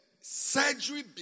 surgery